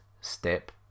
step